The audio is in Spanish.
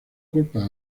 culpa